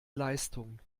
leistung